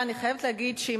נדמה לי שזה קודמו.